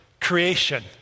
creation